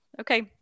Okay